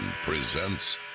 presents